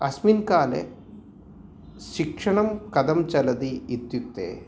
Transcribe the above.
अस्मिन्काले शिक्षणं कथं चलति इत्युक्ते